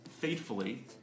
faithfully